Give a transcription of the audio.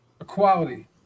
equality